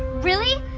really?